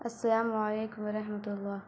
السلام علیکم و رحمتہ اللہ